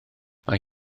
mae